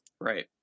Right